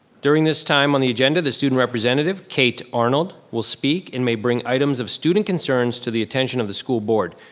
during this time on the agenda, the student representative, kate arnold, will speak and may bring items of student concerns to the attention of the school board.